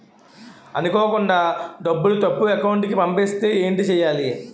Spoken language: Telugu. అనుకోకుండా డబ్బులు తప్పు అకౌంట్ కి పంపిస్తే ఏంటి చెయ్యాలి?